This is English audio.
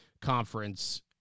conference